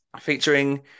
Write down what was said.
featuring